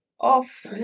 off